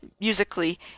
musically